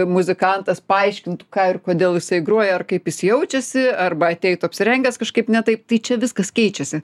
muzikantas paaiškintų ką ir kodėl jisai groja ar kaip jis jaučiasi arba ateitų apsirengęs kažkaip ne taip tai čia viskas keičiasi